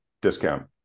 discount